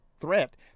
threat